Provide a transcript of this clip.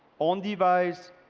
on device,